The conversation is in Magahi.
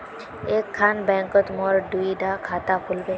एक खान बैंकोत मोर दुई डा खाता खुल बे?